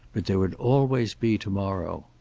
but there would always be to-morrow.